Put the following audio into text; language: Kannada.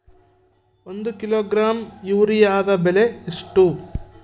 ಒಂದು ಕಿಲೋಗ್ರಾಂ ಯೂರಿಯಾದ ಬೆಲೆ ಎಷ್ಟು?